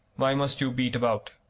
why must you beat about?